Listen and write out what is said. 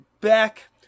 back